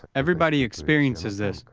everybody experiences this.